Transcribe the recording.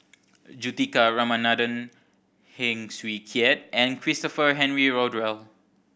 Juthika Ramanathan Heng Swee Keat and Christopher Henry Rothwell